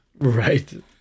Right